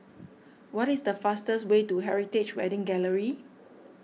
what is the fastest way to Heritage Wedding Gallery